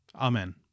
Amen